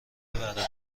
ورقه